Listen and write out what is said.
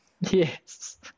yes